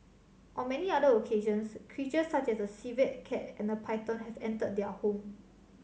on many other occasions creatures such as a civet cat and a python have entered their home